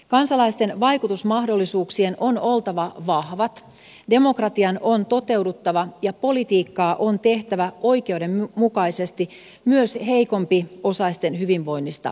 kansalaisten vaikutusmahdollisuuksien on oltava vahvat demokratian on toteuduttava ja politiikkaa on tehtävä oikeudenmukaisesti myös heikompiosaisten hyvinvoinnista huolehtien